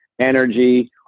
energy